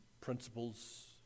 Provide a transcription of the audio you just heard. Principles